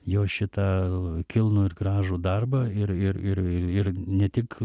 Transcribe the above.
jo šitą kilnų ir gražų darbą ir ir ir ir ir ne tik